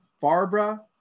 Barbara